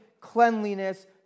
cleanliness